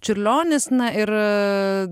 čiurlionis na ir